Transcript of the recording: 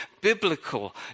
biblical